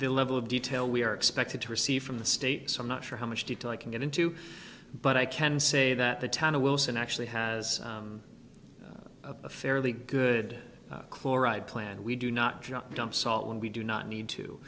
the level of detail we are expected to receive from the state so i'm not sure how much detail i can get into but i can say that the town of wilson actually has a fairly good chloride plan we do not just dump salt when we do not need to